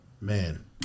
man